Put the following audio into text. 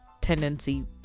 tendency